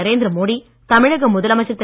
நரேந்திர மோடி தமிழக முதலமைச்சர் திரு